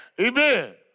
Amen